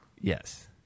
Yes